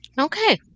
okay